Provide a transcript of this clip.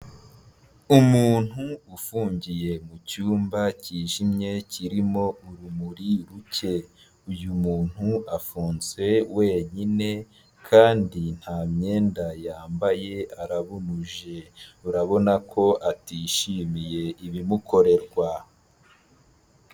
Umuntu ufungiye mu cyumba cyijimye kirimo urumuri ruke, uyu muntu afunze wenyine kandi nta myenda yambaye, arabunuje, urabona ko atishimiye ibimukorerwa.